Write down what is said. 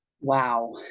Wow